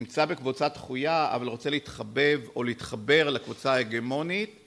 נמצא בקבוצת דחויה אבל רוצה להתחבב או להתחבר לקבוצה ההגמונית